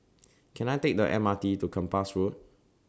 Can I Take The M R T to Kempas Road